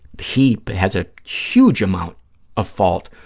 he has a huge amount of fault,